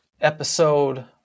episode